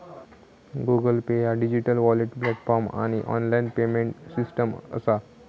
Google Pay ह्या digital wallet platform आणि online payment system असा